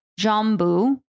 Jambu